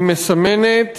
היא מסמנת